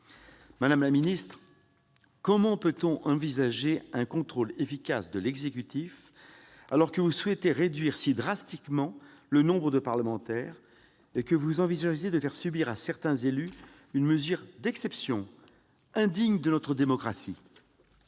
Madame la garde des sceaux, comment peut-on envisager un contrôle efficace de l'exécutif, alors que vous souhaitez réduire si drastiquement le nombre de parlementaires et que vous envisagez de faire subir à certains élus une mesure d'exception indigne de notre démocratie ?